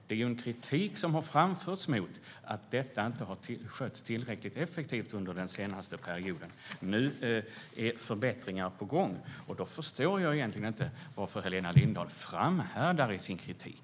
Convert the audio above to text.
Det har framförts kritik mot att detta inte har skötts tillräckligt effektivt under den senaste perioden. Nu är förbättringar på gång, och då förstår jag inte varför Helena Lindahl framhärdar i sin kritik.